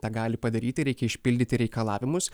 tą gali padaryti reikia išpildyti reikalavimus